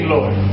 Lord